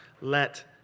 Let